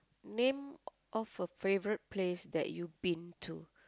name of a favourite place that you been to